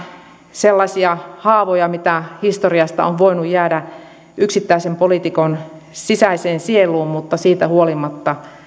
sellaisia haavoja mitä historiasta on voinut jäädä yksittäisen poliitikon sisäiseen sieluun mutta siitä huolimatta